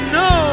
no